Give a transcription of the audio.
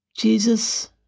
Jesus